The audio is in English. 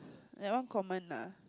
that one common lah